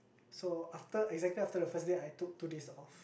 so after exactly the first day I took two days off